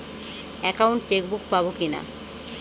Account chequebook পাবো কি না?